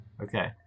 Okay